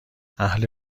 اهل